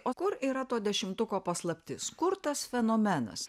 o kur yra to dešimtuko paslaptis kur tas fenomenas